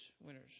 winners